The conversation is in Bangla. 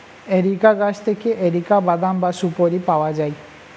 এরিকা গাছ থেকে এরিকা বাদাম বা সুপোরি পাওয়া যায়